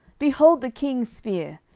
behold the king's spear!